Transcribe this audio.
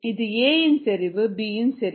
இது A இன் செறிவு B இன் செறிவு